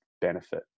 benefit